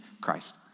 Christ